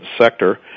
sector